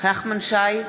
נחמן שי,